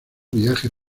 viajes